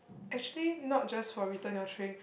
actually not just for return your tray